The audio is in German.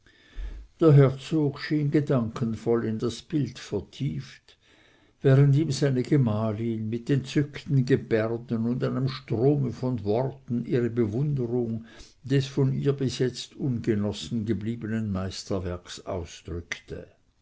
der herzog schien gedankenvoll in das bild vertieft während ihm seine gemahlin mit entzückten gebärden und einem strome von worten ihre bewunderung des von ihr bis jetzt ungenossen gebliebenen meisterwerks ausdrückte